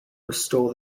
restore